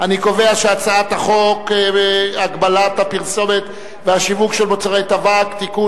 את הצעת חוק הגבלת הפרסומת והשיווק של מוצרי טבק (תיקון,